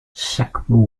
sackville